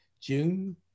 June